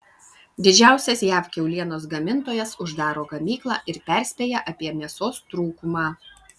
didžiausias jav kiaulienos gamintojas uždaro gamyklą ir perspėja apie mėsos trūkumą